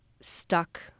stuck